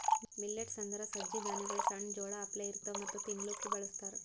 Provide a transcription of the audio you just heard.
millets ಅಂದುರ್ ಸಜ್ಜಿ ಧಾನ್ಯಗೊಳ್ ಸಣ್ಣ ಜೋಳ ಅಪ್ಲೆ ಇರ್ತವಾ ಮತ್ತ ತಿನ್ಲೂಕ್ ಬಳಸ್ತಾರ್